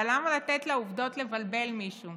אבל למה לתת לעובדות לבלבל מישהו?